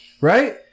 right